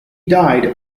died